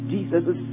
Jesus